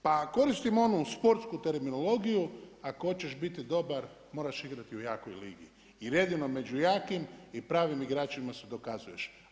Pa koristim onu sportsku terminologiju ako hoćeš biti dobar moraš igrati u jakoj ligi, jer jedino među jakim i pravim igračima se dokazuješ.